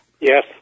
Yes